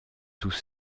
tous